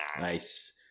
Nice